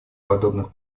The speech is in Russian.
подобных